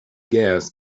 gas